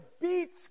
beats